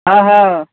হ্যাঁ হ্যাঁ